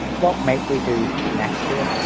what might we do next here?